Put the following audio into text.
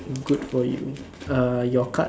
good for you uh your card